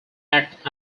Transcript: act